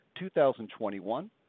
2021